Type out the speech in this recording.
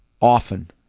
Often